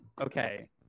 Okay